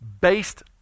based